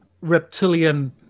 reptilian